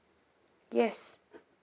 yes